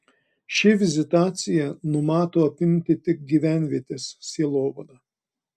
ši vizitacija numato apimti tik gyvenvietės sielovadą